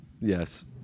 Yes